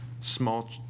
small